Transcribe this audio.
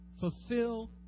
fulfill